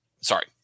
Sorry